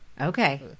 Okay